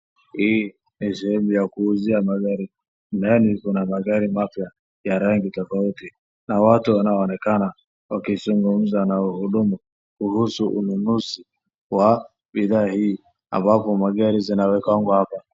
Hii ni sehemu ya kuuzia magari. Ndani kuna magari mapya ya rangi tofauti na watu wanaoonekana wakizungumza na wahudumu kuhusu ununuzi wa bidhaa hii ambapo magari zinawekwa hapo.